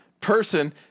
person